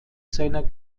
seiner